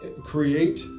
Create